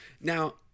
Now